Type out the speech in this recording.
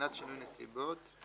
בחינת שינוי נסיבות 7